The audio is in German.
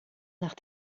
nach